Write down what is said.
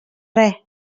res